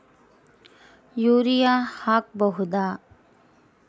Urea ಹಾಕ್ ಬಹುದ?